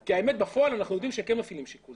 כי האמת בפועל אנחנו יודעים שהם כן מפעילים שיקול דעת.